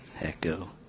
Echo